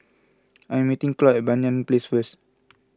I am meeting Cloyd at Banyan Place first